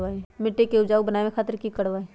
मिट्टी के उपजाऊ बनावे खातिर की करवाई?